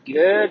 Good